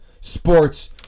sports